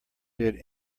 did